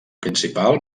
principal